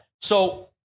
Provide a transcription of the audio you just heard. so-